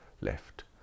left